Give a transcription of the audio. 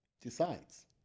decides